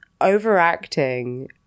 overacting